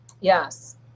Yes